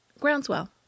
Groundswell